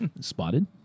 Spotted